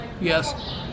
Yes